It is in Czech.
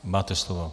Máte slovo.